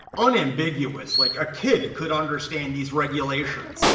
unambiguous, like a kid could understand these regulations.